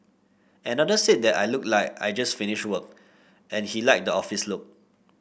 another said that I looked like I just finished work and he liked the office look